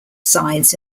sides